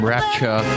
Rapture